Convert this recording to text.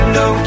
no